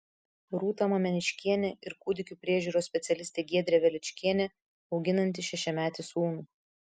rūta mameniškienė ir kūdikių priežiūros specialistė giedrė veličkienė auginanti šešiametį sūnų